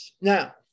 Now